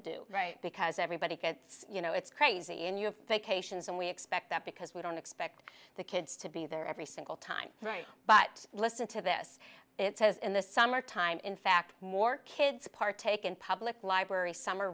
to do right because everybody gets you know it's crazy and you have vacations and we expect that because we don't expect the kids to be there every single time right but listen to this yes it says in the summertime in fact more kids partake in public library summer